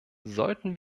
sollten